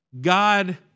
God